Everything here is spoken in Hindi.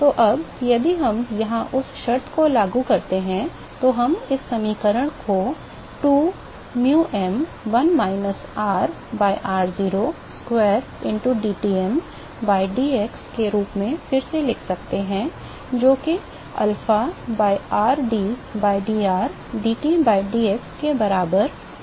तो अब यदि हम यहां उस शर्त को लागू करते हैं तो हम इस समीकरण को 2um 1 minus r by r0 square into dTm by dx के रूप में फिर से लिख सकते हैं जो कि alpha by r d by dr dT by dx के बराबर एक स्थिर फ्लक्स है